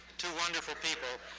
two wonderful people.